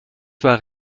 zwar